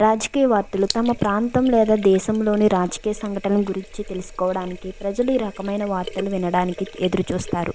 రాజకీయ వార్తలు తమ ప్రాంతం లేదా దేశంలోని రాజకీయ సంఘటనల గురించి తెలుసుకోవడానికి ప్రజలు ఈ రకమైన వార్తలు వినడానికి ఎదురు చూస్తారు